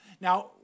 Now